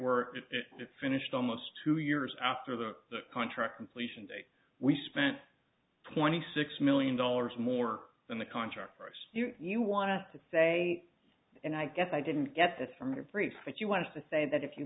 where it finished almost two years after the contract completion date we spent twenty six million dollars more than the contract price you want us to say and i guess i didn't get that from your briefs but you want to say that if you